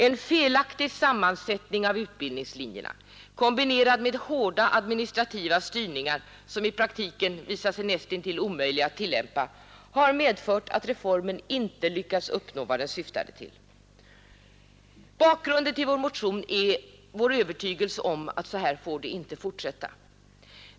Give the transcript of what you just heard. En felaktig sammansättning av utbildningslinjerna kombinerad med hårda administrativa styrningar, som i praktiken visat sig näst intill omöjliga att tillämpa, har medfört att man med reformen inte lyckats uppnå vad man åsyftade. Bakgrunden till motionen är vår övertygelse om att så här får det inte fortsätta.